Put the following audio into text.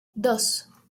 dos